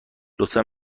لطفا